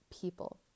people